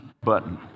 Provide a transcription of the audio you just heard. button